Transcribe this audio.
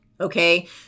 okay